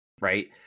right